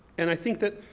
and i think that,